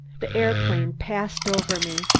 the aeroplane passed over me,